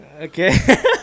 Okay